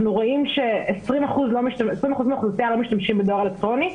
רואים ש-20% מהאוכלוסייה לא משתמשים בדואר אלקטרוני.